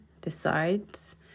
decides